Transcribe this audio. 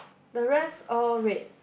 the rest all red